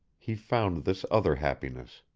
he found this other happiness.